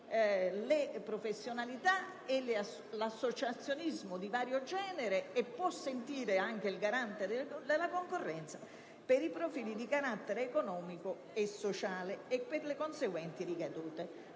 le professionalità e l'associazionismo di vario genere e può interpellare anche tale Autorità per i profili di carattere economico e sociale e per le conseguenti ricadute.